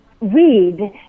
read